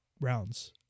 rounds